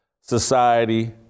society